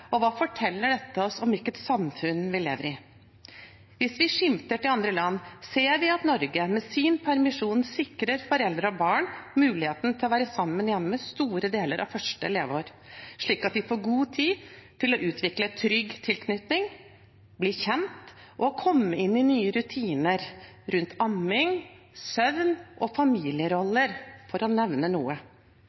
Og hva forteller dette oss om hvilket samfunn vi lever i? Hvis vi skimter til andre land, ser vi at Norge med sin permisjon sikrer foreldre og barn muligheten til å være sammen hjemme store deler av det første leveåret, slik at de får god tid til å utvikle en trygg tilknytning, bli kjent og komme inn i nye rutiner rundt amming, søvn og familieroller, for å nevne noe.